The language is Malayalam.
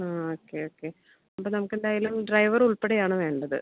ആ ഓക്കെ ഓക്കെ അപ്പോൾ നമുക്കെന്തായാലും ഡ്രൈവർ ഉൾപ്പടെയാണ് വേണ്ടത്